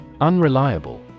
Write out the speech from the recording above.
Unreliable